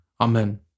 Amen